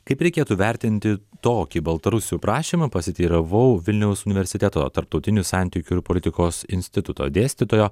kaip reikėtų vertinti tokį baltarusių prašymą pasiteiravau vilniaus universiteto tarptautinių santykių ir politikos instituto dėstytojo